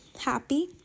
happy